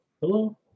Hello